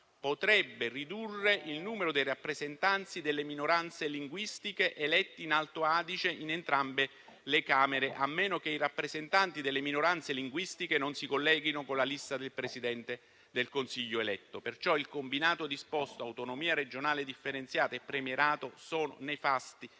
potrebbe ridurre il numero dei rappresentanti delle minoranze linguistiche eletti in Alto Adige in entrambe le Camere, a meno che i rappresentanti delle minoranze linguistiche non si colleghino con la lista del Presidente del Consiglio eletto. Perciò il combinato disposto autonomia regionale differenziata e premierato sono nefasti